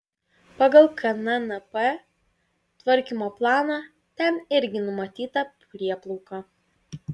pagal knnp tvarkymo planą ten irgi numatyta prieplauka